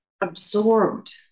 absorbed